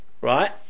right